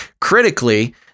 Critically